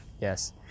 yes